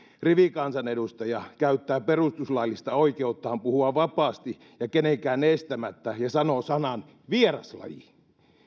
rivikansanedustaja käyttää perustuslaillista oikeuttaan puhua vapaasti ja kenenkään estämättä ja sanoo sanan vieraslaji